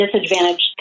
disadvantaged